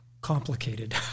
complicated